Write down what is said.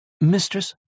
Mistress